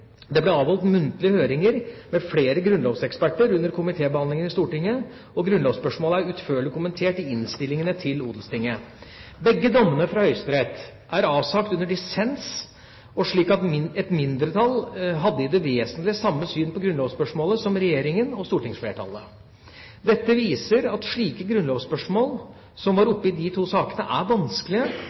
Det ble avholdt muntlige høringer med flere grunnlovseksperter under komitébehandlingen i Stortinget, og grunnlovsspørsmålet er utførlig kommentert i innstillingene til Odelstinget. Begge dommene fra Høyesterett er avsagt under dissens, slik at et mindretall i det vesentlige hadde samme syn på grunnlovsspørsmålet som regjeringa og stortingsflertallet. Dette viser at slike grunnlovsspørsmål, som var oppe i de to sakene, er vanskelige,